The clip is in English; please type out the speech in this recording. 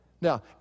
Now